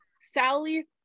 sally